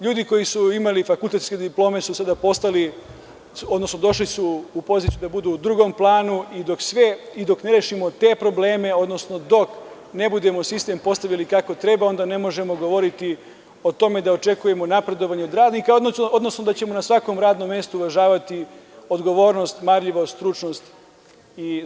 Ljudi koji su imali fakultetske diplome su sada došli u poziciju da budu u drugom planu i dok ne rešimo te probleme, dok ne budemo sistem postavili kako treba, ne možemo govoriti o tome da očekujemo napredovanje od radnika, odnosno da ćemo na svakom radnom mestu uvažavati odgovornost, marljivost, stručnost i zalaganje.